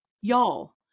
Y'all